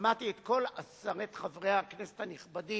שמעתי את כל עשרת חברי הכנסת הנכבדים